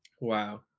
Wow